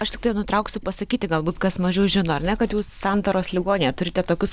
aš tiktai nutrauksiu pasakyti galbūt kas mažiau žino ar ne kad jūs santaros ligoninėj turite tokius